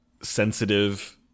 sensitive –